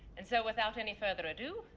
and so without any further ado,